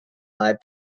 alive